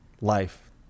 life